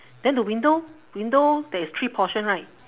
then the window window there is three portion right